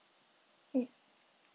mm